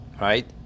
Right